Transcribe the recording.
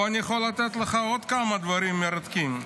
אני יכול לתת לך עוד כמה דברים מרתקים.